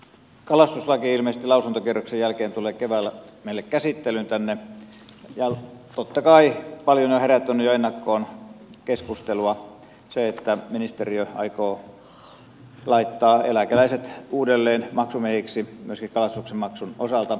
kalastuslaki ilmeisesti lausuntokierroksen jälkeen tulee keväällä meille käsittelyyn tänne ja totta kai paljon on herättänyt jo ennakkoon keskustelua se että ministeriö aikoo laittaa eläkeläiset uudelleen maksumiehiksi myöskin kalastuksen maksun osalta